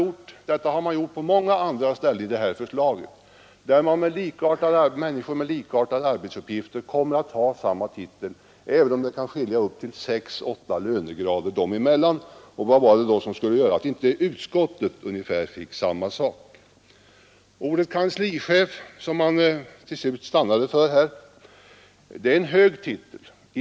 Också på många andra ställen i utredningens förslag har personal med likartade arbetsuppgifter fått samma titel, trots att avståndet mellan deras tjänster lönemässigt kan vara upp till sex å åtta lönegrader. Varför skulle man då inte göra på ungefär samma sätt i utskotten? Ordet kanslichef som man till slut stannade inför är en hög titel.